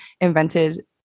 invented